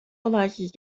olaysız